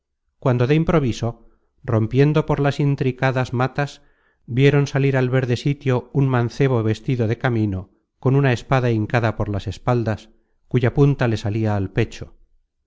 cuando de improviso rompiendo por las intricadas matas vieron salir al verde sitio un mancebo vestido de camino con una espada hincada por las espaldas cuya punta le salia al pecho